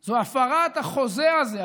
זאת הפרת החוזה הזה,